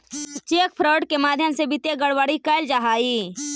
cheque fraud के माध्यम से वित्तीय गड़बड़ी कैल जा हइ